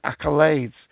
accolades